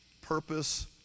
purpose